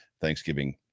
Thanksgiving